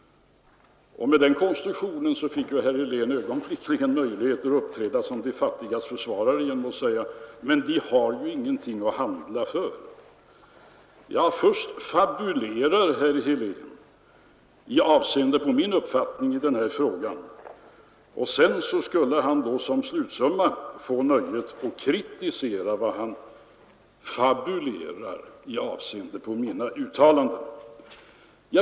Med den konstruktionen fick ju herr Helén ett ögonblick möjligheter att uppträda som de fattigas försvarare genom att säga: Men de har ju ingenting att handla för. Först fabulerar herr Helén i avseende på min uppfattning i den här frågan, och sedan skulle han som slutsumma få nöjet att kritisera det han fabulerat om när det gäller mina uttalanden.